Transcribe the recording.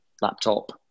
laptop